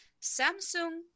Samsung